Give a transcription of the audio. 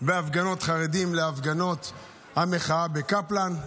בהפגנות חרדים, לעומת הפגנות המחאה בקפלן.